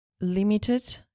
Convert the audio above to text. limited